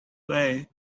way